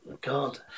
God